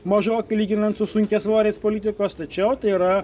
mažokai lyginant su sunkiasvoriais politikos tačiau tai yra